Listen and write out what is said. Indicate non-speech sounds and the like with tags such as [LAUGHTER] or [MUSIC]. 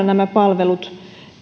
[UNINTELLIGIBLE] nämä palvelut